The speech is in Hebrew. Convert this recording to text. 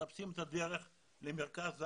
מהמקום מחפשים את הדרך למרכז הארץ.